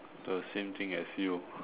the same thing as you